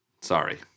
sorry